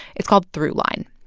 it's called throughline.